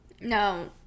No